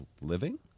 living